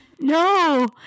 No